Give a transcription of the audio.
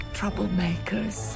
troublemakers